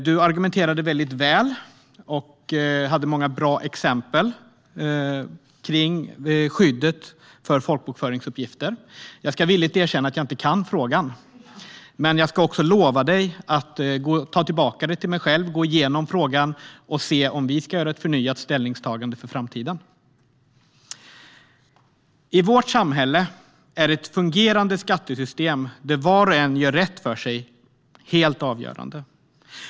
Hon argumenterade väl och hade många bra exempel om skyddet för folkbokföringsuppgifter. Jag ska villigt erkänna att jag inte kan frågan, men jag lovar att jag ska gå igenom frågan och se om vi ska göra ett förnyat ställningstagande för framtiden. I vårt samhälle är ett fungerande skattesystem där var och en gör rätt för sig helt avgörande.